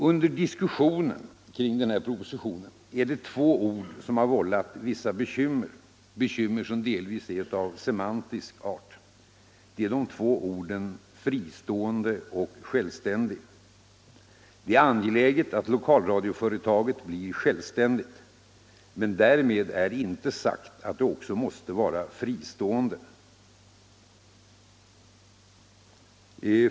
Under diskussionerna kring den här propositionen är det två ord som vållat vissa bekymmer — bekymmer som delvis är av semantisk art. Det är de två orden ”fristående” och ”självständig”. Det är angeläget att lokalradioföretaget blir självständigt — men därmed är inte sagt att det också måste vara fristående.